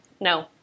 No